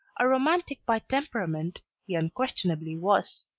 a romantic by temperament he unquestionably was.